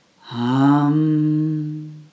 hum